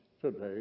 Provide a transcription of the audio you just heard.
today